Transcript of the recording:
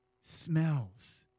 smells